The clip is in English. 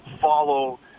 follow